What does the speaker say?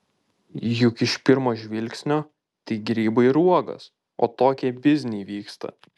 juk iš pirmo žvilgsnio tik grybai ir uogos o tokie bizniai vyksta